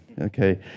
Okay